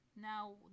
Now